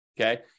okay